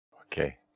Okay